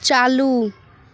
चालू